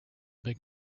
big